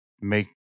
make